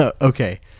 Okay